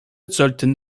sollten